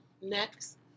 Next